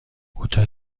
کوتاه